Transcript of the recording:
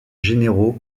généraux